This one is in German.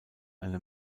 eine